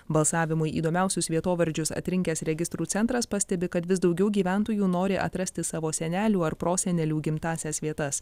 balsavimui įdomiausius vietovardžius atrinkęs registrų centras pastebi kad vis daugiau gyventojų nori atrasti savo senelių ar prosenelių gimtąsias vietas